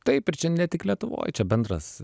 taip ir čia ne tik lietuvoj čia bendras